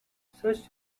such